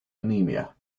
anemia